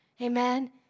Amen